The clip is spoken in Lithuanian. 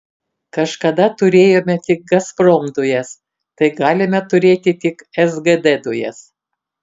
kažkada turėjome tik gazprom dujas tai galime turėti tik sgd dujas